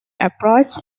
approach